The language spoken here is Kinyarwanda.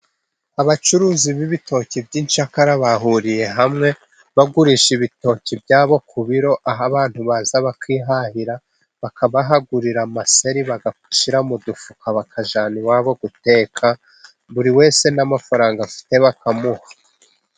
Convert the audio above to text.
Abacuruzi b'ibitoki by'incakara, bahuriye hamwe, bagurisha ibitoki byabo, ku biro, aho abantu baza bakihahira, bakabahagurira amaseri, bagashyira mu dufuka bakajyana iwabo guteka, buri wese n'amafaranga afite bakamuha.